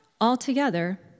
Altogether